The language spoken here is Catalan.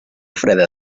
freda